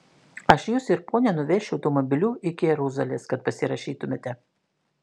aš jus ir ponią nuvešiu automobiliu iki jeruzalės kad pasirašytumėte